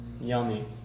yummy